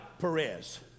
Perez